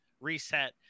reset